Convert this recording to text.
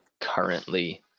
currently